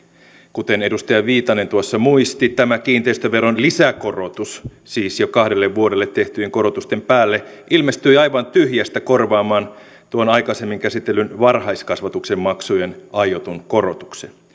kuten edustaja viitanen tuossa muisti tämä kiinteistöveron lisäkorotus siis jo kahdelle vuodelle tehtyjen korotusten päälle ilmestyi aivan tyhjästä korvaamaan tuon aikaisemmin käsitellyn varhaiskasvatuksen maksujen aiotun korotuksen